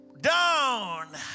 Down